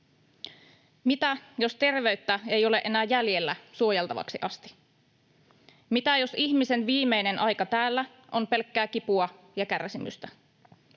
Mitä jos terveyttä ei ole enää jäljellä suojeltavaksi asti? Mitä jos ihmisen viimeinen aika täällä on pelkkää kipua ja kärsimystä?